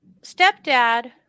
stepdad